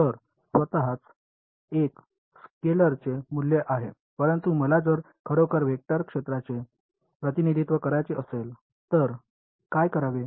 तर स्वतःच एक स्केलरचे मूल्य आहे परंतु मला जर खरोखर वेक्टर क्षेत्राचे प्रतिनिधित्व करायचे असेल तर काय करावे